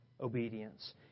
obedience